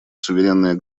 суверенное